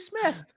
Smith